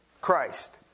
Christ